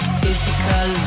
physical